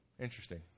interesting